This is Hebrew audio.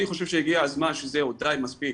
אני חושב שהגיע הזמן שזהו די מספיק,